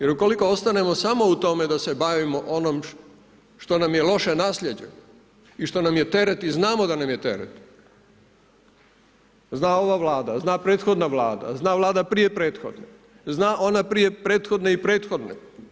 Jer ukoliko ostanemo samo u tome da se bavimo onom što nam je loše naslijeđeno i što nam je teret i znamo da nam je teret, zna ova Vlada, zna prethodna Vlada, zna Vlada prije prethodne, zna ona prije prethodne i prethodne.